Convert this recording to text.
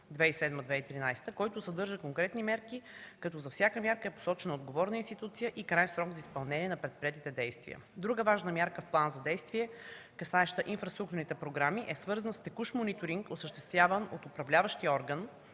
който съдържа конкретни мерки, като за всяка мярка е посочена отговорна институция и краен срок за изпълнение на предприетите действия. Друга важна мярка в плана за действие, касаеща инфраструктурните програми, е свързан с текущ мониторинг, осъществяван от управляващия орган